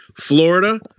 Florida